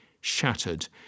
shattered